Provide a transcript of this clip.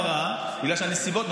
לפעמים צריך הבהרה בגלל הנסיבות.